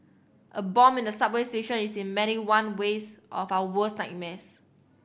a bomb in a subway station is in many one ways of our worst nightmares